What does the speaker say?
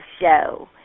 Show